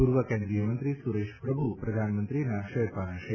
પૂર્વ કેન્દ્રિયમંત્રી સુરેશ પ્રભુ પ્રધાનમંત્રીના શેરપા રહેશે